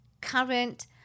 current